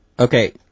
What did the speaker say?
Okay